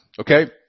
Okay